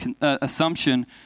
assumption